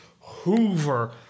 hoover